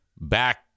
back